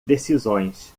decisões